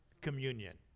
Communion